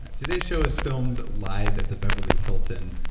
today's show is filmed live at the beverly hilton,